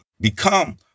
become